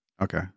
Okay